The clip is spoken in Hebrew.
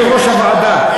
יושב-ראש הוועדה,